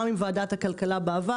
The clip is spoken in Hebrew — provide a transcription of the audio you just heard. גם עם ועדת הכלכלה בעבר,